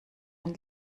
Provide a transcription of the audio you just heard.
ein